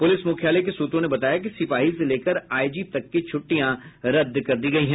प्रलिस मुख्यालय के सूत्रों ने बताया कि सिपाही से लेकर आईजी तक की छुट्टियां रद्द कर दी गयी है